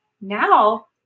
now